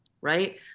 right